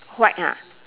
white ah